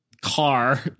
car